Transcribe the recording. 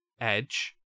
Edge